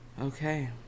Okay